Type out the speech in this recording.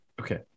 Okay